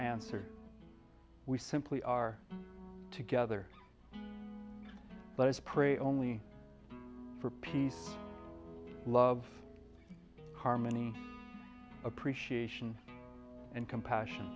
answer we simply are together but as prayer only for peace love harmony appreciation and compassion